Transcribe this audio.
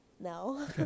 No